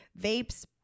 Vapes